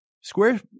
square